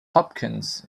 hopkins